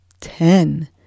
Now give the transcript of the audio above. Ten